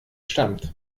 stammt